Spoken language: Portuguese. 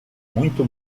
muito